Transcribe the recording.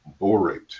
borate